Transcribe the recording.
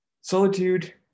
solitude